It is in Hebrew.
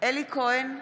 אלי כהן,